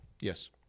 Yes